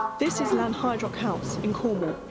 this is lanhydrock house in cornwall.